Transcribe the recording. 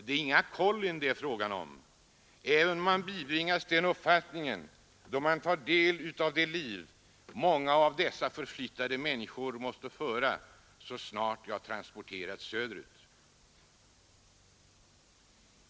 Det är inga kollin det är fråga om, även om man bibringas den uppfattningen då man får kännedom om det liv många av dessa förflyttade människor måste leva så snart de har transporterats söderut.